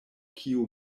kiu